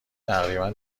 تقریبا